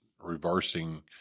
reversing